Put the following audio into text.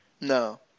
No